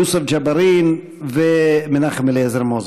יוסף ג'בארין ומנחם אליעזר מוזס.